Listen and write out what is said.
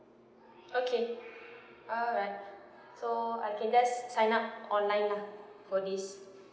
okay alright so I can just sign up online lah for this